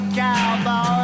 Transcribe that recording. cowboy